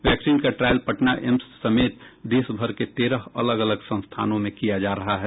vaccine का trial Patna AIIMS समेत देश भर के तेरह अलग अलग संस्थानों में किया जा रहा है